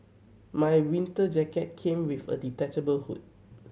my winter jacket came with a detachable hood